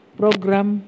program